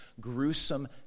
gruesome